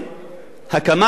הקמת ועד